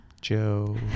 Joe